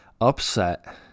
upset